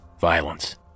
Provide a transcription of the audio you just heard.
violence